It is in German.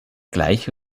gleich